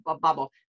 bubble